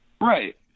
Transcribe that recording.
Right